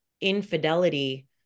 infidelity